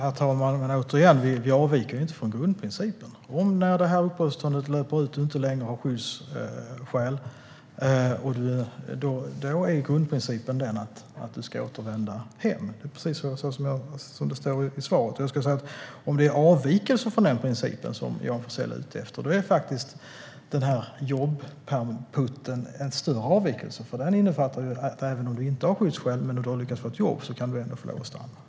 Herr talman! Återigen: Vi avviker inte från grundprincipen. Om du när det här uppehållstillståndet löper ut inte längre har skyddsskäl är grundprincipen att du ska återvända hem. Det är precis som jag sa i svaret. Jag kan säga att om det är avvikelser från den principen som Johan Forssell är ute efter är faktiskt jobb-PUT:en en större avvikelse, för den innefattar att om du inte har skyddsskäl men har lyckats få jobb kan du ändå få lov att stanna.